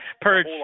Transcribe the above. Purge